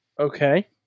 Okay